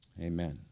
Amen